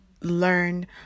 learn